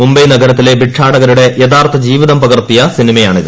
മുംബൈ നഗരത്തിലെ ഭിക്ഷാടകരുടെ യഥാർഥ ജീവിതം പകർത്തിയ സിനിമയാണിത്